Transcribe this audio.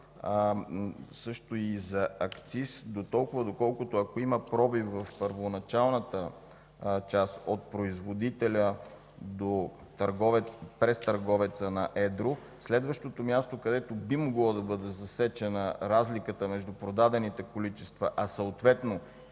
също и за акциза, защото доколкото има пробив в първоначалната част – от производителя през търговеца на едро, следващото място, където би могла да бъде засечена разлика между продадените количества, а съответно